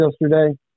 yesterday